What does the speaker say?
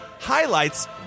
highlights